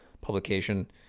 publication